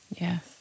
yes